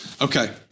Okay